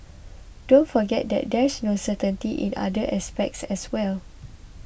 don't forget that there's no certainty in other aspects as well